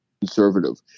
conservative